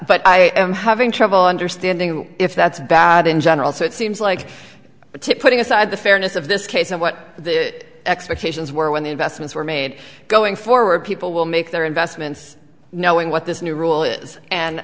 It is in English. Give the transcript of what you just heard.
but i am having trouble understanding if that's bad in general so it seems like but to putting aside the fairness of this case and what that expectations were when the investments were made going forward people will make their investments knowing what this new rule is and